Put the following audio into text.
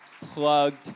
plugged